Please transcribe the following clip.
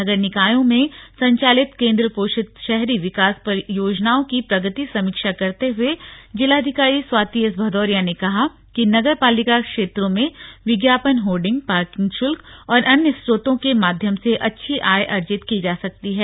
नगर निकायों में संचालित केन्द्र पोषित शहरी विकास योजनाओं की प्रगति समीक्षा करते हुए जिलाधिकारी स्वाति एस भदौरिया ने कहा कि नगर पालिका क्षेत्रों में विज्ञापन होर्डिंग पार्किंग शुल्क और अन्य स्रोतों के माध्यम से अच्छी आय अर्जित की जा सकती है